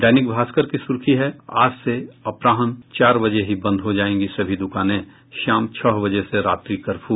दैनिक भास्कर की सुर्खी है आज से अपराहन चार बजे ही बंद हो जायेंगी सभी दुकानें शाम छह बजे से रात्रि कर्फ्यू